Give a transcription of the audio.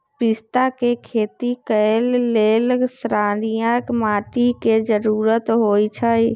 पिस्ता के खेती करय लेल क्षारीय माटी के जरूरी होई छै